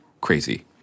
crazy